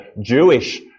Jewish